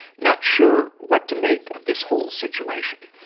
not sure what to make of this whole situation.